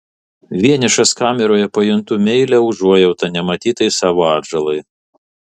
vienišas kameroje pajuntu meilią užuojautą nematytai savo atžalai